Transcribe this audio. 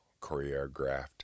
choreographed